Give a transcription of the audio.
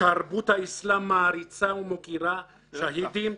תרבות האסלאם מעריצה ומוקירה "שהידים".